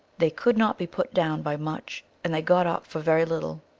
they could not be put down by much, and they got up for very little.